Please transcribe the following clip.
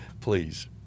please